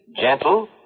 gentle